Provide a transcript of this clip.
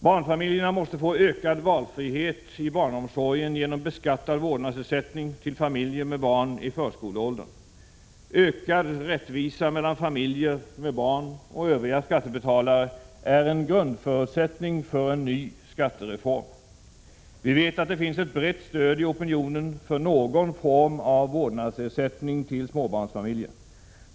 Barnfamiljerna måste få ökad valfrihet i barnomsorgen genom en beskattad vårdnadsersättning till familjer med barn i förskoleåldern. Ökad rättvisa mellan familjer med barn och övriga skattebetalare är en grundförutsättning för en ny skattereform. Vi vet att det finns ett brett stöd i opinionen för någon form av vårdnadsersättning till småbarnsfamiljer.